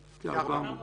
כ-400.